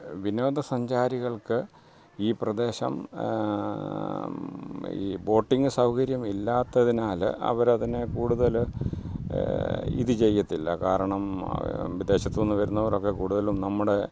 വിനോദ സഞ്ചാരികൾക്ക് ഈ പ്രദേശം ഈ ബോട്ടിംഗ് സൗകര്യം ഇല്ലാത്തതിനാൽ അവർ അതിന് കൂടുതൽ ഇത് ചെയ്യത്തില്ല കാരണം വിദേശത്തുനിന്ന് വരുന്നവരൊക്കെ കൂടുതലും നമ്മുടെ